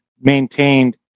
maintained